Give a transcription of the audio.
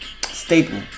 staple